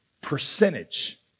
percentage